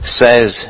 says